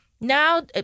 Now